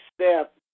step